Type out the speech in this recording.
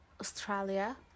Australia